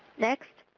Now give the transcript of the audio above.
next.